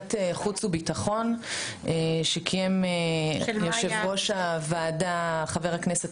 בוועדת החוץ והביטחון שקיים יושב-ראש הוועדה חבר הכנסת